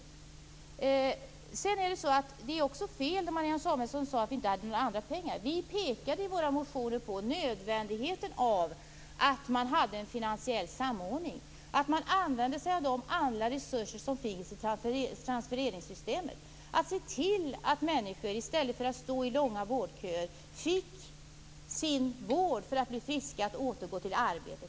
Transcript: Det Marianne Samuelsson sade om att vi inte har fördelat några andra pengar är fel. Vi pekade i våra motioner på nödvändigheten av att ha en finansiell samordning. Alla resurser som finns i transfereringssystemet skall användas. Människor skall i stället för att stå i långa vårdköer få sin vård, bli friska och återgå till arbete.